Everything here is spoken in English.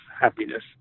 happiness